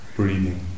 Breathing